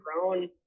grown